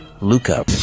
Luca